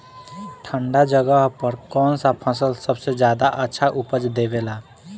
ठंढा जगह पर कौन सा फसल सबसे ज्यादा अच्छा उपज देवेला?